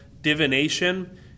divination